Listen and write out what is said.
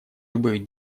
любых